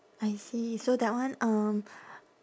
I see so that one um